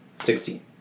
Sixteen